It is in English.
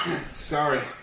Sorry